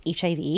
HIV